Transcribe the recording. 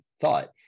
thought